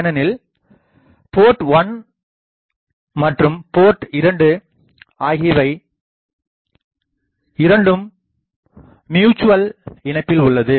ஏனெனில் போர்ட் 1 மற்றும் போர்ட்2 ஆகிய இரண்டும் மீச்சுவல் இணைப்பில் உள்ளது